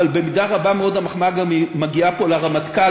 אבל במידה רבה מאוד המחמאה מגיעה פה גם לרמטכ"ל,